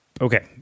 Okay